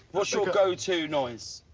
what's your go to noise?